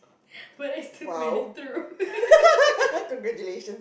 but I still made it through